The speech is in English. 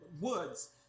woods